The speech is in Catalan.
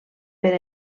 per